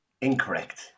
Incorrect